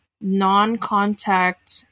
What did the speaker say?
non-contact